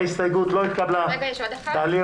ההסתייגות לא נתקבלה.